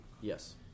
Yes